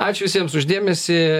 ačiū visiems už dėmesį